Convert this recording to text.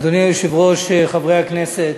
אדוני היושב-ראש, חברי הכנסת,